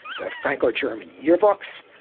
the franco german yearbooks.